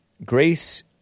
Grace